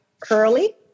curly